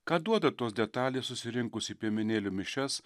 ką duoda tos detalės susirinkus į piemenėlių mišias